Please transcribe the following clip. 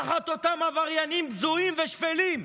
תחת אותם עבריינים בזויים ושפלים,